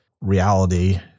reality